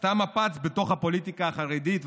עשתה מפץ בתוך הפוליטיקה החרדית,